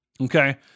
Okay